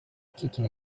kicking